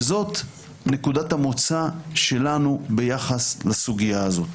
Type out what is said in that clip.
וזאת נקודת המוצא שלנו ביחס לסוגיה הזאת.